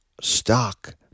stock